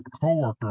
coworker